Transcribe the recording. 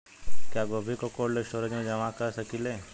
क्या गोभी को कोल्ड स्टोरेज में जमा कर सकिले?